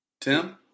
Tim